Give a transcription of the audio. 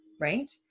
Right